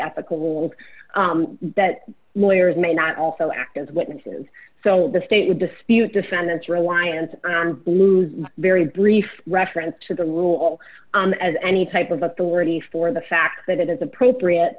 ethical wills that lawyers may not also act as witnesses so the state would dispute defendant's reliance on the move very brief reference to the rule as any type of authority for the fact that it is appropriate